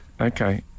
Okay